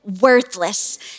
worthless